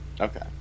Okay